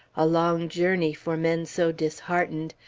a long journey for men so disheartened!